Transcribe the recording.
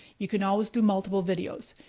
you can always do multiple videos.